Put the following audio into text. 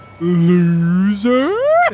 Loser